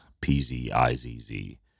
P-Z-I-Z-Z